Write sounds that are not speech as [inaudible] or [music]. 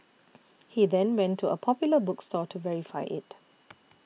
[noise] he then went to a Popular bookstore to verify it